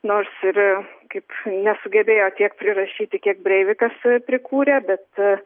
nors ir kaip nesugebėjo tiek prirašyti kiek breivikas prikūrė bet